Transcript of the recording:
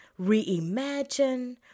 reimagine